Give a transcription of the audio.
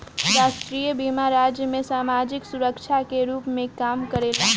राष्ट्रीय बीमा राज्य में सामाजिक सुरक्षा के रूप में काम करेला